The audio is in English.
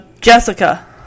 Jessica